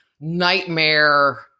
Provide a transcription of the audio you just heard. nightmare